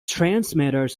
transmitters